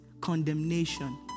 condemnation